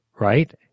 Right